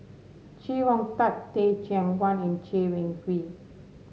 Chee Hong Tat Teh Cheang Wan and Chay Weng Yew